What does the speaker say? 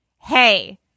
hey